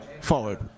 forward